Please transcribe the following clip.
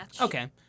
Okay